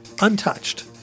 untouched